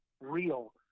real